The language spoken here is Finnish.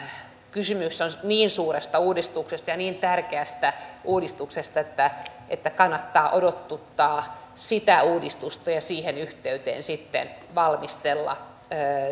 kysymys on niin suuresta uudistuksesta ja niin tärkeästä uudistuksesta että että kannattaa odotuttaa sitä uudistusta ja siihen yhteyteen sitten valmistella